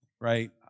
right